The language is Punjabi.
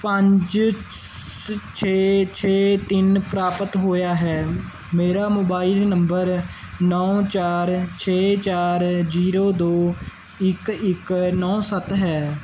ਪੰਜ ਛੇ ਛੇ ਤਿੰਨ ਪ੍ਰਾਪਤ ਹੋਇਆ ਹੈ ਮੇਰਾ ਮੋਬਾਈਲ ਨੰਬਰ ਨੌ ਚਾਰ ਛੇ ਚਾਰ ਜ਼ੀਰੋ ਦੋ ਇੱਕ ਇੱਕ ਨੌ ਸੱਤ ਹੈ